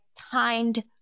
timed